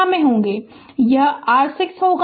तो यह r 6 होगा और यह 3 होगा